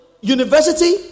university